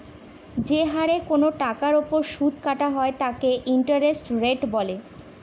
যে হারে কোনো টাকার ওপর সুদ কাটা হয় তাকে ইন্টারেস্ট রেট বলে